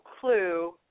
clue